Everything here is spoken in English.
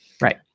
right